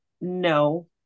no